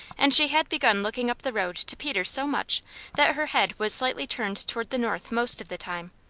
and she had begun looking up the road to peters' so much that her head was slightly turned toward the north most of the time.